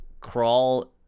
crawl